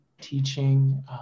teaching